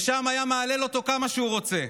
ושם היה מהלל אותו כמה שהוא רוצה,